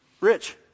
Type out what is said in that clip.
Rich